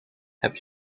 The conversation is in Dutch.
heb